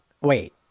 Wait